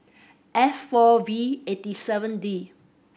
F four V eight seven D